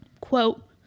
Quote